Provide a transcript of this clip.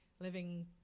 living